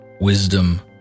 wisdom